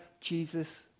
Jesus